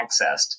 accessed